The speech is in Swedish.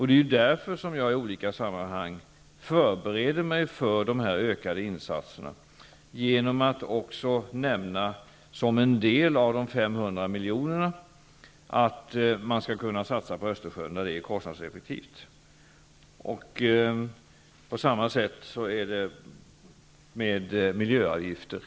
Det är därför som jag i olika sammanhang förbereder mig för de här ökade insatserna genom att också nämna att man som en del av de 500 miljonerna skall kunna satsa på Östersjön när det är kostnadseffektivt. På samma sätt är det med miljöavgifter.